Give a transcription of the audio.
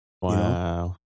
wow